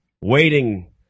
Waiting